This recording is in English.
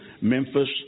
Memphis